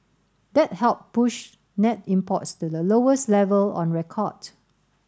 that helped push net imports to the lowest level on record